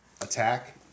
attack